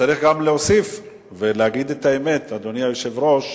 צריך גם להוסיף ולהגיד את האמת, אדוני היושב-ראש,